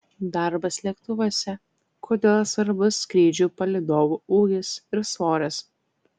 darbas lėktuvuose kodėl svarbus skrydžių palydovų ūgis ir svoris